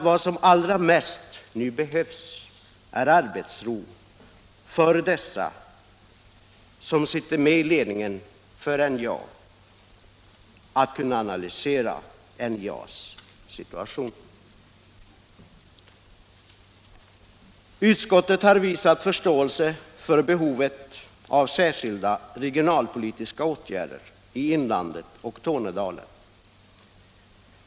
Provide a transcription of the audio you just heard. Vad som allra mest behövs nu är arbetsro för NJA - ledningen så att den kan analysera företagets situation. Utskottet har visat förståelse för behovet av särskilda regionalpolitiska åtgärder i inlandet och Tornedalen.